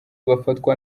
bafatwa